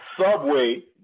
Subway